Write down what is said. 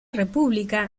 república